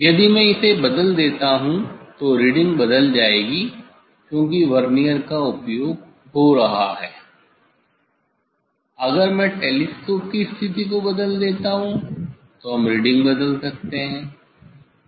यदि मैं इसे बदल देता हूं तो रीडिंग बदल जाएगी क्योंकि वर्नियर का उपयोग हो रहा है अगर मैं टेलीस्कोप की स्थिति को बदल देता हूं तो हम रीडिंग बदल सकते हैं